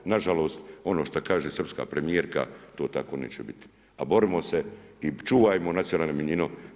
Na žalost ono što kaže srpska premijerka to tako neće biti, a borimo se i čuvajmo nacionalnu manjinu.